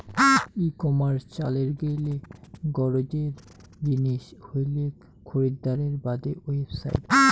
ই commerce চালের গেইলে গরোজের জিনিস হইলেক খরিদ্দারের বাদে ওয়েবসাইট